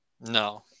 No